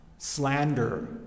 Slander